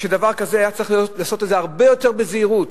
שדבר כזה, היה צריך לעשות אותו הרבה יותר בזהירות.